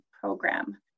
program